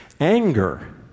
anger